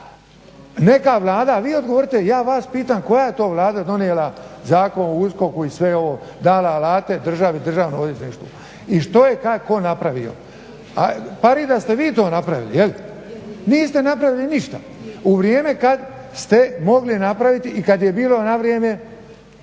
napravili! Vi odgovorite, ja vas pitam koja je to Vlada donijela Zakon o USKOK-u i sve ovo, dala alate državi i Državnom odvjetništvu? I što je taj tko napravio? Pari da ste vi to napravili jel'? Niste napravili ništa u vrijeme kad ste mogli napraviti i kad je bilo na vrijeme,